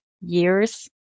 years